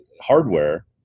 hardware